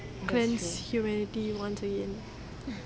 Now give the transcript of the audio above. defence humanity once again